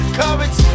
courage